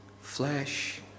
flesh